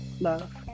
love